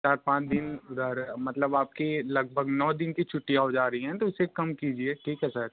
चार पाँच दिन उधर मतलब आपकी लगभग नौ दिन की छुट्टियाँ हो जा रही हैं तो उसे कम कीजिए ठीक है सर